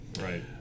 Right